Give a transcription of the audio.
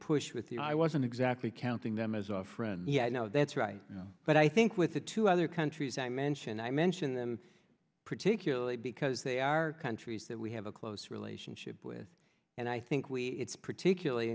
push with the i wasn't exactly counting them as a friend yeah i know that's right but i think with the two other countries i mentioned i mentioned them particularly because they are countries that we have a close relationship with and i think we it's particularly